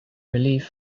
relief